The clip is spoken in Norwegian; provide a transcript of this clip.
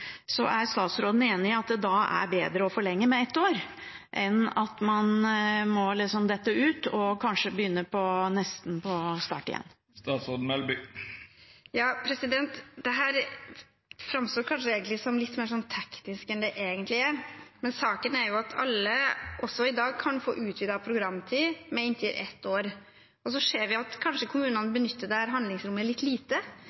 Så er statsråden enig i at det da er bedre å forlenge med ett år, enn at man detter ut og kanskje må begynne nesten på nytt igjen? Dette framstår kanskje litt mer teknisk enn det egentlig er, men saken er at alle, også i dag, kan få utvidet programtid med inntil ett år. Så ser vi at kommunene kanskje benytter dette handlingsrommet lite,